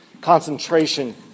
concentration